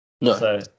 No